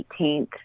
18th